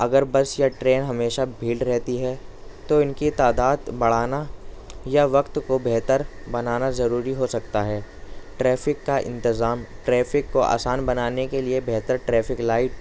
اگر بس یا ٹرین ہمیشہ بھیڑ رہتی ہے تو ان کی تعداد بڑھانا یا وقت کو بہتر بنانا ضروری ہو سکتا ہے ٹریفک کا انتظام ٹریفک کو آسان بنانے کے لیے بہتر ٹریفک لائٹ